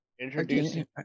Introducing